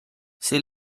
see